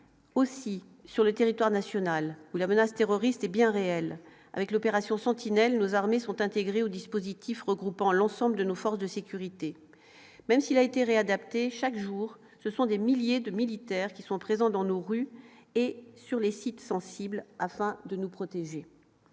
aussi sur le territoire national où la menace terroriste est bien réelle avec l'opération Sentinelle nos armées sont intégrées au dispositif, regroupant l'ensemble de nos forces de sécurité, même s'il a été réadapter chaque jour ce sont des milliers de militaires qui sont présents dans nos rues et sur les sites sensibles afin de nous protéger